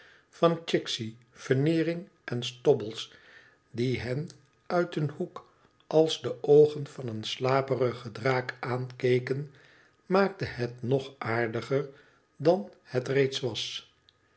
van chicksey veneering en stobbles die hen uit een hoek als de oogen van een slaperigen draak aankeken maakten het nog aardiger dan het reeds was